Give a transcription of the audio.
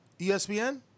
ESPN